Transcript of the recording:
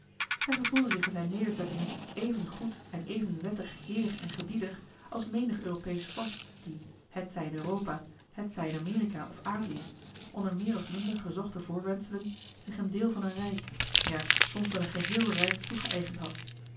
hij gevoelde zich in zijn nederzettingen even goed joh h been paddeltje de scheepsjongen van michiel de ruijter en even wettig heer en gebieder als menig europeesch vorst die hetzij in europa hetzij in amerika of azië onder meer of minder gezochte voorwendselen zich een deel van een rijk ja soms wel een geheel rijk toegeëigend had